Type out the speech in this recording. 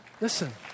Listen